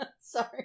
Sorry